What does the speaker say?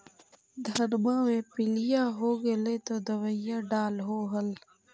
धनमा मे पीलिया हो गेल तो दबैया डालो हल?